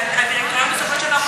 הדירקטוריון בסופו של דבר,